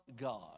God